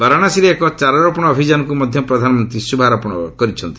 ବାରାଣସୀରେ ଏକ ଚାରାରୋପଣ ଅଭିଯାନକୁ ମଧ୍ୟ ପ୍ରଧାନମନ୍ତ୍ରୀ ଶୁଭାରମ୍ଭ କରିଛନ୍ତି